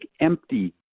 empty